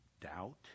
doubt